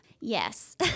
Yes